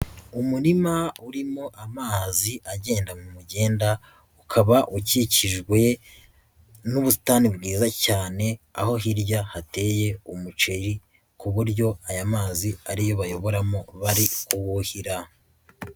Umurima urimo amazi agenda mu mugenda, ukaba ukikijwe n'ubusitani bwiza cyane aho hirya hateye umuceri ku buryo aya mazi ari yo bayoboramo bari kuwuhira.